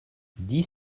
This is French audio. dix